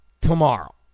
tomorrow